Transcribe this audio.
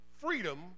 freedom